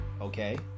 okay